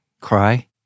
Cry